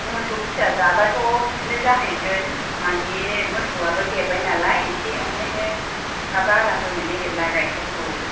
मोसौ फिसा जाबाथ' बिदिनो जाहैगोन मानि मोसौआबो देरबाय नालाय एसे ओंखायनो दा बारा होनो नागेरला गाइखेरखौ